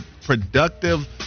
productive